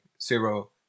zero